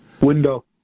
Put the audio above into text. Window